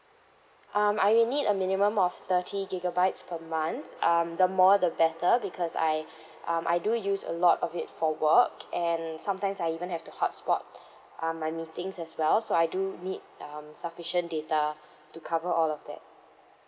um I will need a minimum of thirty gigabytes per month um the more the better because I um I do use a lot of it for work and sometimes I even have the hotspot um my meetings as well so I do need um sufficient data to cover all of that